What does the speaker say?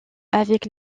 avec